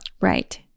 Right